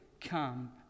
come